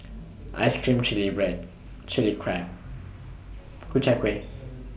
Ice Cream Chili Bread Chili Crab Ku Chai Kuih